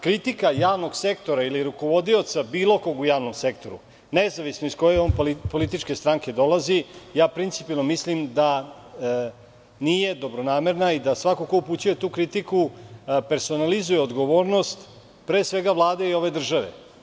Kritika javnog sektora ili rukovodioca bilo kog u javnom sektoru, nezavisno iz koje on političke stranke dolazi, ja principijelno mislim da nije dobronamerna i da svako ko upućuje tu kritiku, personalizuje odgovornost, pre svega Vlade i ove države.